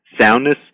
soundness